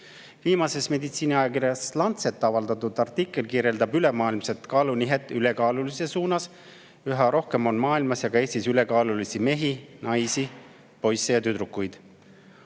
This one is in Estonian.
Viimases meditsiiniajakirjas The Lancet avaldatud artikkel kirjeldab ülemaailmset kaalunihet ülekaalulisuse suunas. Üha rohkem on maailmas ja ka Eestis ülekaalulisi mehi, naisi, poisse ja tüdrukuid.